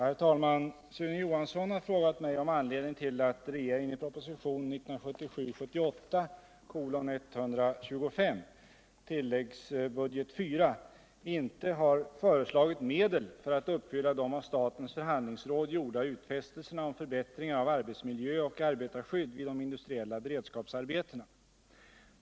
Herr talman! Sune Johansson har frågat mig om anledningen till att regeringen i proposition 1977/78:125 inte har föreslagit medel för att uppfylla de av statens förhandlingsråd gjorda utfästelserna om förbättringar av arbetsmiljö och arbetarskydd vid de industrietla beredskapsarbetena.